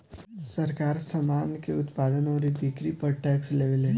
सरकार, सामान के उत्पादन अउरी बिक्री पर टैक्स लेवेले